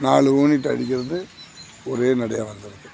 நாலு யூனிட் அடிக்கிறது ஒரே நடையாக வந்துருது